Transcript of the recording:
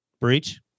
Breach